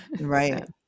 Right